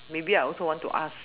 maybe I also want to ask